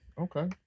Okay